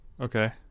Okay